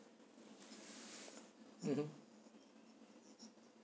mmhmm